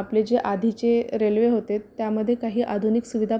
आपले जे आधीचे रेल्वे होते त्यामध्ये काही आधुनिक सुविधा